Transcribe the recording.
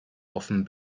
often